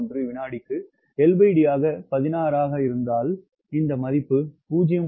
000111 வினாடிக்கு LD ஆக 16 ஆக வைத்தால் இந்த மதிப்பு 0